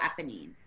Eponine